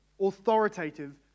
authoritative